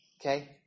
Okay